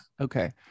Okay